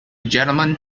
gentleman